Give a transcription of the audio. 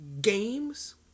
games